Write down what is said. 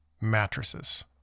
Mattresses